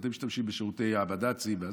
אתם משתמשים בשירותי הבד"צים.